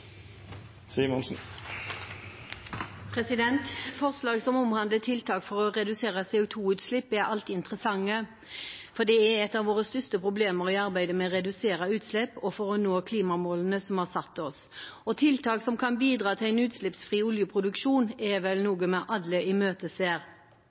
vedtas. Forslag som omhandler tiltak for å redusere CO2-utslipp, er alltid interessante, for det er et av våre største problemer i arbeidet med å redusere utslippene og for å nå klimamålene vi har satt oss. Tiltak som kan bidra til en utslippsfri oljeproduksjon, er vel